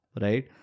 right